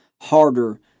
harder